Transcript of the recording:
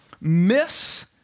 miss